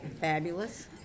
fabulous